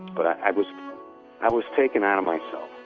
but i was ah i was taken out of myself.